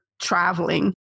traveling